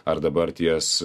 ar dabar ties